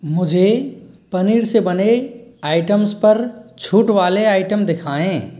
मुझे पनीर से बने आइटम्स पर छूट वाले आइटम दिखाएँ